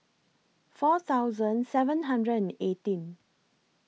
four thousand seven hundred and eighteen